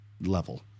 level